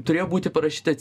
turėjo būti parašyta